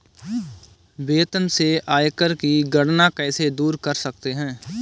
वेतन से आयकर की गणना कैसे दूर कर सकते है?